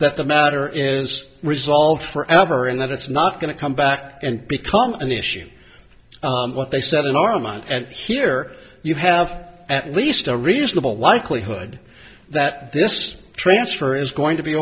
that the matter is resolved forever and that it's not going to come back and become an issue but they start an argument and here you have at least a reasonable likelihood that this transfer is going to be